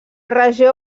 regió